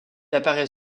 apparaît